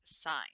sign